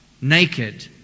naked